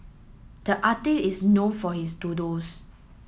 the artist is known for his doodles